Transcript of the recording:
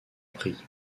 prit